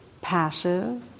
passive